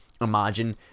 Imagine